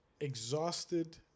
exhausted